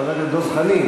חבר הכנסת דב חנין,